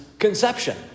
conception